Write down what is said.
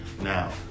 Now